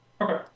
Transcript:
Okay